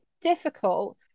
difficult